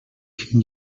can